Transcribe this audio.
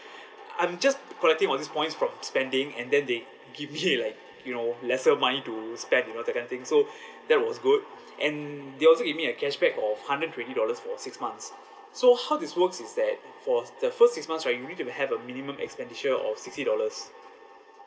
I'm just collecting all this points from spending and then they give me like you know lesser money to spend you know that kind of thing so that was good and they also gave me a cashback of hundred twenty dollars for six months so how this works is that for the first six months right you need to have a minimum expenditure of sixty dollars